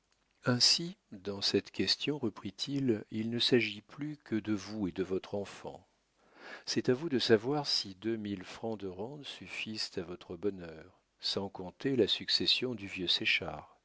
ainsi dans cette question reprit-il il ne s'agit plus que de vous et de votre enfant c'est à vous de savoir si deux mille francs de rente suffisent à votre bonheur sans compter la succession du vieux